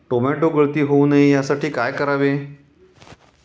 Tomato गळती होऊ नये यासाठी काय करावे?